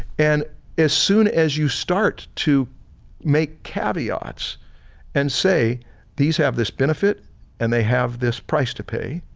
and as soon as you start to make caveats and say these have this benefit and they have this price to pay,